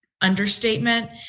understatement